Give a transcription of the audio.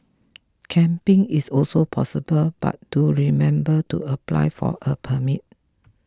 camping is also possible but do remember to apply for a permit